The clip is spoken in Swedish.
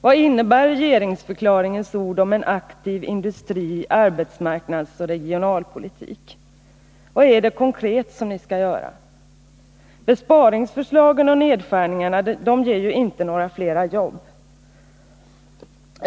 Vad innebär regeringsförklaringens ord om en aktiv industri — arbetsmarknadsoch regionalpolitik? Vad är det konkret som ni skall göra? Besparingsförslagen och nedskärningarna ger inte några flera jobb.